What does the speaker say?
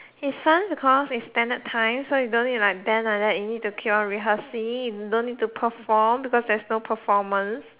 it's fun because it's standard time so you don't need like bend like that you no need to keep on rehearsing you no need to perform because there's no performance